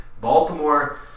Baltimore